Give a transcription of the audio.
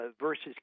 versus